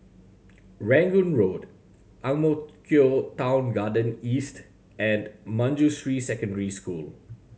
Rangoon Road Ang Mo Kio Town Garden East and Manjusri Secondary School